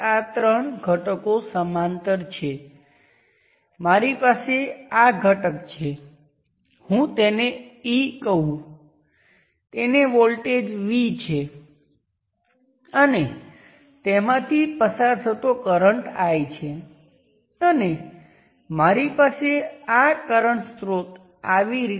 આ કેસમાં આ શું છે મેં જે કર્યું છે તે તમામ ઇન્ટરનલ ઇન્ડિપેન્ડન્ટ સોર્સ એક્ટિવ છે